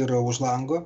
yra už lango